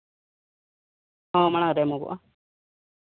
ᱦᱮᱸ ᱢᱟᱲᱟᱝ ᱨᱮ